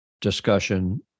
discussion